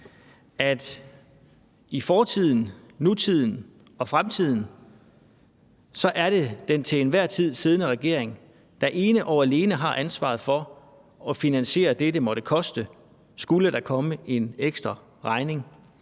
at i fortiden, nutiden og fremtiden er det den til enhver tid siddende regering, der ene og alene har ansvaret for at finansiere det, det måtte koste, skulle der komme en ekstra regning.